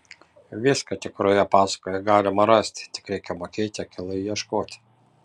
viską tikroje pasakoje galima rasti tik reikia mokėti akylai ieškoti